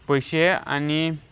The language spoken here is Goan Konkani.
पयशे आनी